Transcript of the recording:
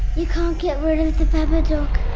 you can't get rid of the babadook.